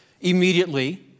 immediately